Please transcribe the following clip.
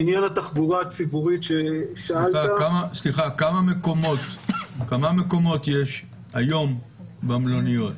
כמה מקומות פנויים יש היום במלוניות?